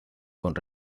con